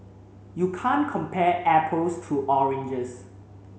you can't compare apples to oranges